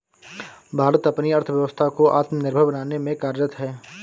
भारत अपनी अर्थव्यवस्था को आत्मनिर्भर बनाने में कार्यरत है